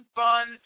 fun